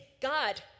God